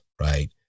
right